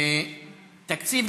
תודה רבה.